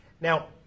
Now